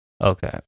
Okay